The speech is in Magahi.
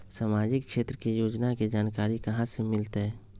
सामाजिक क्षेत्र के योजना के जानकारी कहाँ से मिलतै?